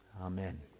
Amen